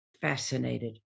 fascinated